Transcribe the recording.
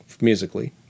musically